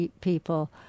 people